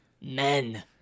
Men